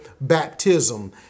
baptism